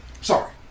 sorry